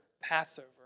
Passover